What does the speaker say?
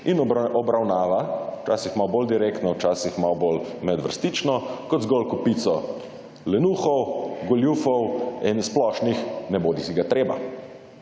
in obravnava, včasih malo bolj direktno, včasih malo bolj medvrstično, kot zgolj kopico lenuhov, goljufov in splošnih nebodisiga treba.